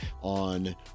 on